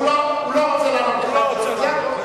הוא לא רוצה לענות לך, חבר הכנסת.